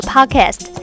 Podcast 。